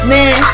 Man